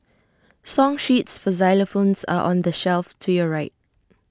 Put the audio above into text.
song sheets for xylophones are on the shelf to your right